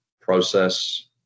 process